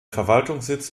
verwaltungssitz